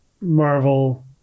Marvel